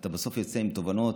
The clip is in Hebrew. ואתה בסוף יוצא עם תובנות.